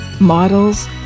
Models